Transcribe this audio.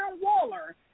Waller